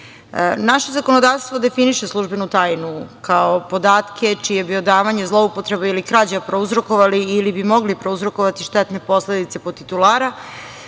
zakonodavstvo definiše službenu tajnu kao podatke čije bi odavanje zloupotrebe ili krađa, prouzrokovali ili bi mogli prouzrokovati štetne posledice po titulara